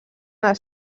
les